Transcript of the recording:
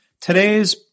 Today's